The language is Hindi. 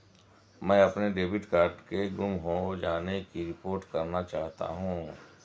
मैं अपने डेबिट कार्ड के गुम हो जाने की रिपोर्ट करना चाहता हूँ